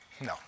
no